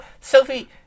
Sophie